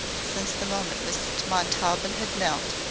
since the moment miss montaubyn had knelt,